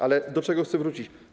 Ale do czego chcę wrócić?